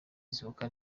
izuka